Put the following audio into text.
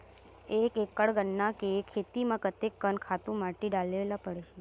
एक एकड़ गन्ना के खेती म कते कन खातु माटी डाले ल पड़ही?